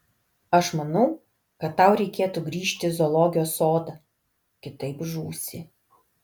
aš manau kad tau reikėtų grįžti į zoologijos sodą kitaip žūsi